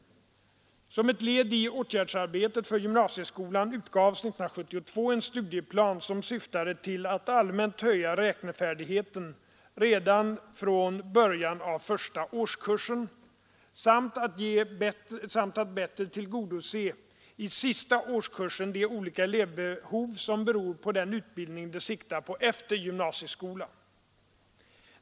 Som ett led i åtgärdsarbetet för gymnasieskolan utgavs 1972 en studieplan som syftade till att allmänt höja räknefärdigheten redan från början av första årskursen samt att bättre tillgodose i sista årskursen de olika elevbehov som beror på den utbildning de siktar på efter gymnasieskolan.